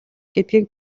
гэдгийг